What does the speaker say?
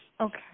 Okay